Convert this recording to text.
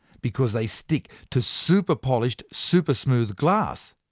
because they stick to super-polished super mooth glass.